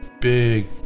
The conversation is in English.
big